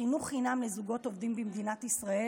חינוך חינם לזוגות עובדים במדינת ישראל.